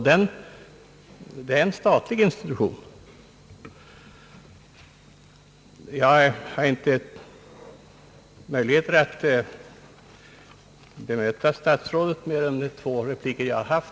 Det är en statlig institution! Jag har inte möjligheter att bemöta statsrådet Aspling utöver de två repliker jag redan haft.